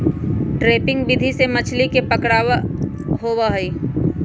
trapping विधि से मछली के पकड़ा होबा हई